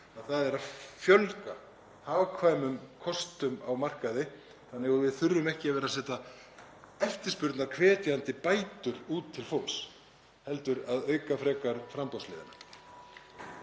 um er að fjölga hagkvæmum kostum á markaði þannig að við þurfum ekki að vera að setja eftirspurnarhvetjandi bætur út til fólks, heldur auka frekar framboðshliðina.